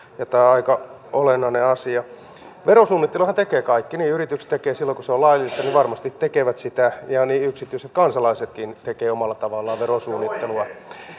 tämä on aika olennainen asia verosuunnitteluahan tekevät kaikki yritykset silloin kun se on laillista varmasti tekevät sitä ja yksityiset kansalaisetkin tekevät omalla tavallaan verosuunnittelua